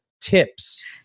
tips